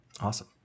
Awesome